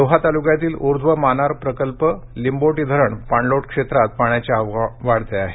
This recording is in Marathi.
लोहा तालुक्यातील उध्व मानार प्रकल्प लिंबोटी धरण पाणलोट क्षेत्रात पाण्याची आवक वाढत आहे